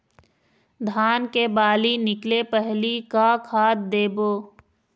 धान के बाली निकले पहली का खाद देबो?